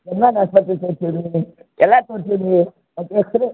German ಆಸ್ಪತ್ರೆಗೆ ತೋರ್ಸಿವಿ ಎಲ್ಲ ತೋರ್ಸಿದ್ದೀವಿ ಎಕ್ಸ್ರೇ